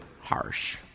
Harsh